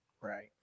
right